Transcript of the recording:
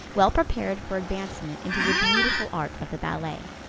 well prepared for advancement into the beautiful art of the ballet.